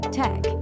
tech